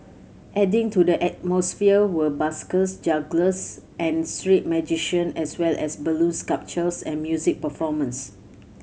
adding to the atmosphere were buskers jugglers and street magician as well as balloon sculptures and music performances